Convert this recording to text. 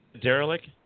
derelict